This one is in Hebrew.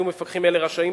יהיו מפקחים אלה רשאים,